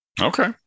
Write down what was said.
Okay